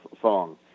song